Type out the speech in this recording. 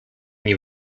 nie